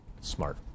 smart